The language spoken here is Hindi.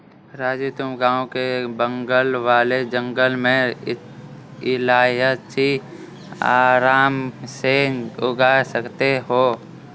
राजू तुम गांव के बगल वाले जंगल में इलायची आराम से उगा सकते हो